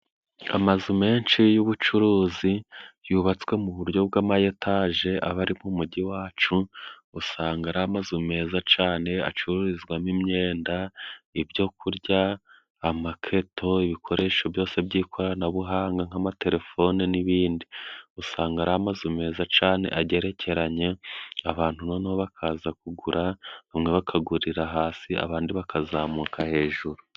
Amazu menshi y'ubucuruzi yubatswe mu buryo bw'ama etaje aba ari mu mujyi wacu, usanga ari amazu meza cane acururizwamo imyenda, ibyo kurya, amaketo, ibikoresho byose by'ikoranabuhanga nk'amatelefone n'ibindi. Usanga ari amazu meza cane agerekeranye, abantu noneho bakaza kugura bamwe bakagurira hasi abandi bakazamuka hejuru.